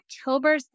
October